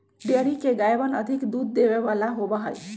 dairy के गायवन अधिक दूध देवे वाला होबा हई